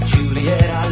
Juliet